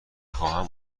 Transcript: خواهم